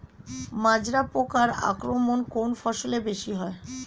মাজরা পোকার আক্রমণ কোন ফসলে বেশি হয়?